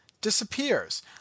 disappears